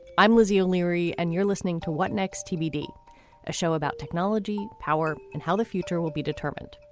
i'm lizzie o'leary and you're listening to what next tbd a show about technology power and how the future will be determined.